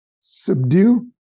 subdue